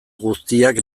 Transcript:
guztiak